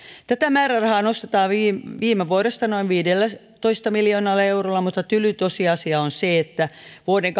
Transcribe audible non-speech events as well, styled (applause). tätä määrärahaa nostetaan viime viime vuodesta noin viidellätoista miljoonalla eurolla mutta tyly tosiasia on se että vuoden (unintelligible)